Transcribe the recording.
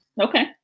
Okay